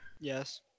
yes